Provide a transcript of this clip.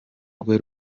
rwe